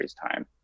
time